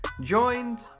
joined